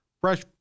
fresh